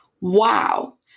Wow